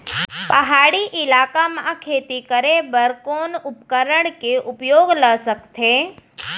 पहाड़ी इलाका म खेती करें बर कोन उपकरण के उपयोग ल सकथे?